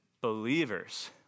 believers